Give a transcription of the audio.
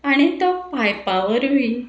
आनी तो पायपा वरवीं